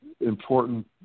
important